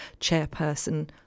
chairperson